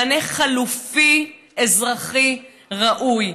מענה חלופי אזרחי ראוי.